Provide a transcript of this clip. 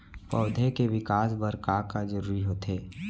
पौधे के विकास बर का का जरूरी होथे?